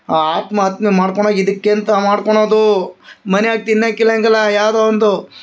ಆತ್ಮಹತ್ಯೆ ಮಾಡ್ಕೊಳದ್ ಇದಕ್ಕೆ ಅಂತ ಮಾಡ್ಕೊಳದೂ ಮನಿಯಾಗ ತಿನ್ನಕ ಇರಂಗಿಲ್ಲ ಯಾವುದೋ ಒಂದು